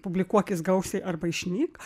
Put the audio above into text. publikuokis gausiai arba išnyk